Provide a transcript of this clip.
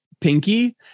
pinky